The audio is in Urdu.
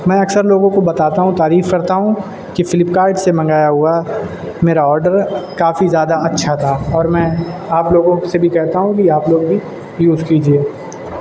میں اکثر لوگوں کو بتاتا ہوں تعریف کرتا ہوں کہ فلپکارٹ سے منگایا ہوا میرا آڈر کافی زیادہ اچھا تھا اور میں آپ لوگوں سے بھی کہتا ہوں کہ آپ لوگ بھی یوز کیجیے